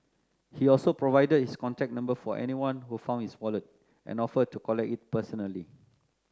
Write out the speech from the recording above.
he also provided his contact number for anyone who found his wallet and offered to collect it personally